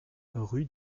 rue